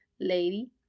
lady